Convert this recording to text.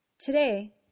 Today